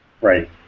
Right